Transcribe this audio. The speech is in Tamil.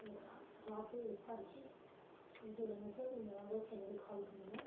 க பா பார்த்து விசாரிச்சு கொஞ்சம் சொல்லுங்கள் சார் இந்த நம்பருக்கு எனக்கு கால் பண்ணுங்கள்